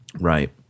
right